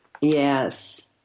Yes